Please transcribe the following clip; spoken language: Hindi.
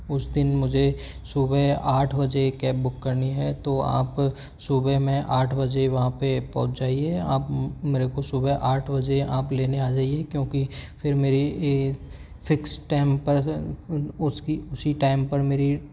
उस दिन मुझे सुबह आठ बजे कैब बुक करनी है तो आप सुबह में आठ बजे वहाँ पे पहुँच जाइए आप मेरे को सुबह आठ बजे आप लेने आ जाइए क्योंकि फिर मेरी ये फिक्स टाइम पर उसकी उसी टाइम पर मेरी